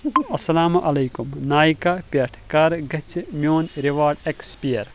ٱلسَّلَامُ عَلَيْكُمْ نایکا پٮ۪ٹھٕ کَر گژھِ میون ریواڑ ایکسپیر